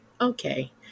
okay